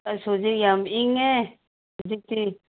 ꯑꯁ ꯍꯨꯖꯤꯛ ꯌꯥꯝ ꯏꯪꯉꯦ ꯍꯨꯖꯤꯛꯇꯤ